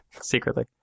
secretly